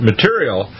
Material